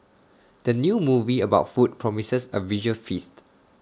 the new movie about food promises A visual feast